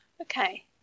Okay